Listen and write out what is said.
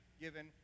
given